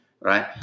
right